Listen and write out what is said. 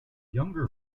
younger